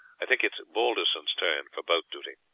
i think it is balderson's turn for boat duty.